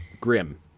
grim